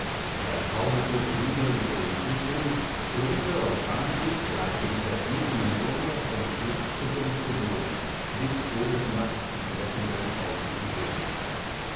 er taumelte schwindelnd über den tisch hin krümmte und wand sich gleich dem zerschnittenen wurme und schlug zuckend zu boden bis todesnacht die brechenden augen umhüllte